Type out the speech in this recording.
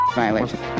violation